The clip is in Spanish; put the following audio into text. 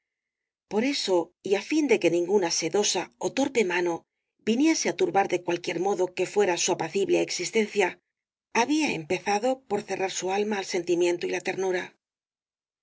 por eso y á fin de que ninguna sedosa ó torpe mano viniese á turbar de cualquier modo que fuera su apacible existencia había empezado por cerrar su alma al sentimiento y la ternura